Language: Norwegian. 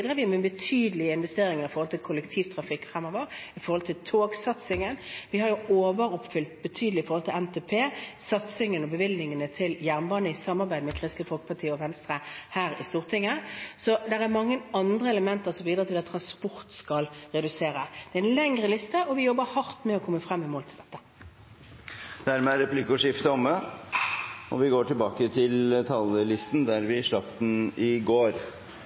vi med betydelige investeringer i kollektivtrafikken fremover, i togsatsingen. Vi har overoppfylt betydelig i forhold til NTP – satsingen på og bevilgningene til jernbane i samarbeid med Kristelig Folkeparti og Venstre her i Stortinget – så det er mange andre elementer som bidrar til at transport skal redusere. Det er en lengre liste, og vi jobber hardt med å komme i mål på dette. Dermed er replikkordskiftet omme. De talere som heretter får ordet, har en taletid på inntil 3 minutter. Trontalen skal gi uttrykk for hovudlinjene i